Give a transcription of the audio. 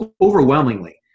overwhelmingly